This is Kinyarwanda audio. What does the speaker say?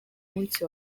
munsi